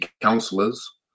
councillors